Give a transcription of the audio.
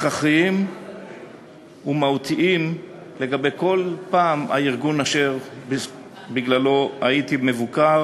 הכרחיים ומהותיים לגבי כל ארגון אשר בגללו הייתי מבוקר